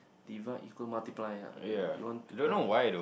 divide equal multiply ah eh you want to oh okay